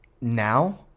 Now